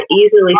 easily